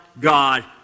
God